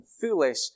foolish